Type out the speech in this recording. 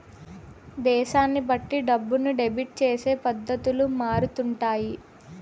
దేశాన్ని బట్టి డబ్బుని డెబిట్ చేసే పద్ధతులు మారుతుంటాయి